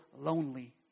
lonely